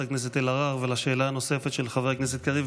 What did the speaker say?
הכנסת אלהרר ולשאלה נוספת של חבר הכנסת קריב,